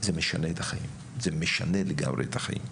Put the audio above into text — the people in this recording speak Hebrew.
זה משנה את החיים, זה משנה לגמרי את החיים.